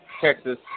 Texas